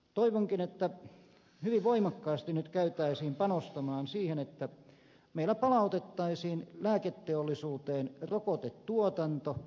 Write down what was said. toivonkin että hyvin voimakkaasti nyt käytäisiin panostamaan siihen että meillä palautettaisiin lääketeollisuuteen rokotetuotanto